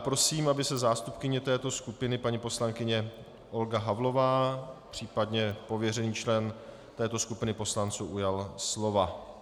Prosím, aby se zástupkyně této skupiny paní poslankyně Olga Havlová, případně pověřený člen této skupiny poslanců, ujala slova.